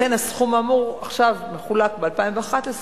לכן הסכום האמור עכשיו מחולק, ב-2011,